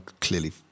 clearly